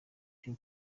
cyo